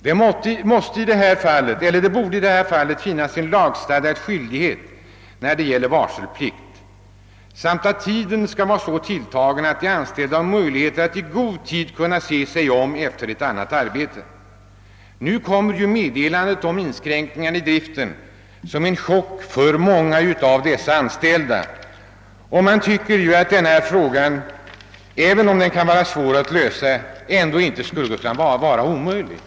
Det borde finnas en lagstadgad skyldighet om varselplikt, och varseltiden borde vara så tilltagen att de anställda har möjligheter att i god tid se sig om efter ett annat arbete. Nu kommer meddelandet om inskränkningarna i driften som en chock för många av de anställda. Man tycker att problemet inte skulle behöva vara olösligt, även om det kan vara svårt att lösa.